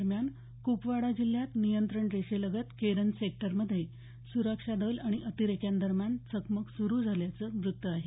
दरम्यान कुपवाडा जिल्ह्यात नियंत्रण रेषेलगत केरन सेक्टर मध्ये सुरक्षादल आणि अतिरेक्यांदरम्यान चकमक सुरू झाल्याचं वृत्त आहे